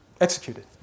executed